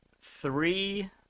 three